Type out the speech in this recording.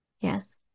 Yes